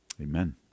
Amen